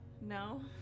No